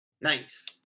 Nice